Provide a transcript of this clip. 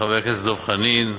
חבר הכנסת דב חנין,